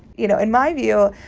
you know, in my view,